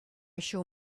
shall